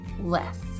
less